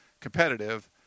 competitive